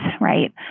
right